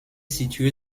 situé